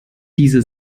diese